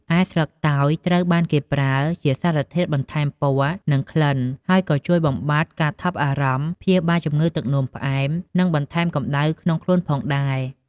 ឯ ស្លឹកតើយ ត្រូវបានគេប្រើជា សារធាតុបន្ថែមពណ៌ និង ក្លិន ហើយក៏ជួយ បំបាត់ការថប់បារម្ភ ព្យាបាល ជំងឺទឹកនោមផ្អែម និង បន្ថយកម្ដៅក្នុងខ្លួន ផងដែរ។